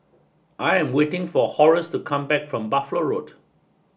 I am waiting for Horace to come back from Buffalo Road